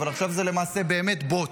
אבל עכשיו זה באמת בוץ.